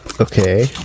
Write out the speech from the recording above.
Okay